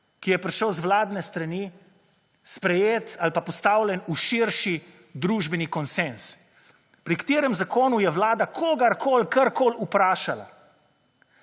ki je prišel iz vladne strani, sprejet ali pa postavljen, v širši družbeni konsenz? Pri katerem zakonu je Vlada kogarkoli, karkoli vprašala?